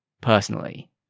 personally